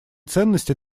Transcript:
ценности